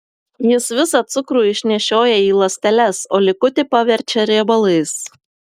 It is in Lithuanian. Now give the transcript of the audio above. jis visą cukrų išnešioja į ląsteles o likutį paverčia riebalais